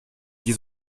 die